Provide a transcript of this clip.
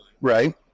Right